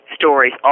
stories